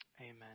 Amen